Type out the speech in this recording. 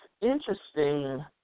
interesting